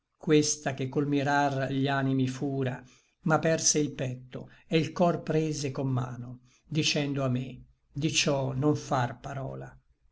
questa che col mirar gli animi fura m'aperse il petto e l cor prese con mano dicendo a me di ciò non far parola